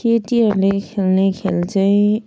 केटीहरूले खेल्ने खेल चाहिँ